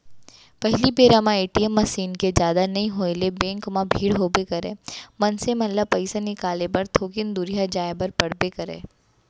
पहिली बेरा म ए.टी.एम मसीन के जादा नइ होय ले बेंक म भीड़ होबे करय, मनसे मन ल पइसा निकाले बर थोकिन दुरिहा जाय बर पड़बे करय